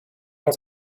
have